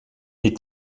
est